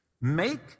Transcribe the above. make